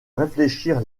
réfléchir